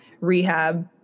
rehab